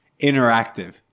interactive